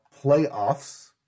playoffs